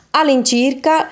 all'incirca